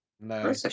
No